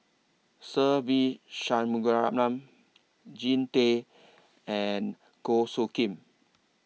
Se Ve Shanmugam Jean Tay and Goh Soo Khim